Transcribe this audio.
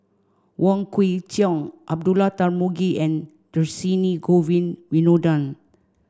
Wong Kwei Cheong Abdullah Tarmugi and Dhershini Govin Winodan